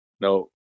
No